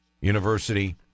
University